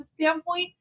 standpoint